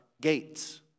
gates